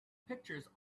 pictures